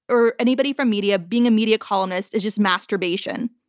or anybody from media, being a media columnist is just masturbation.